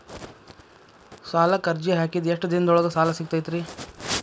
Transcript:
ಸಾಲಕ್ಕ ಅರ್ಜಿ ಹಾಕಿದ್ ಎಷ್ಟ ದಿನದೊಳಗ ಸಾಲ ಸಿಗತೈತ್ರಿ?